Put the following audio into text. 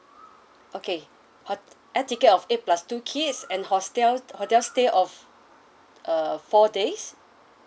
okay hot~ air ticket of eight plus two kids and hostel hotel stay of uh four days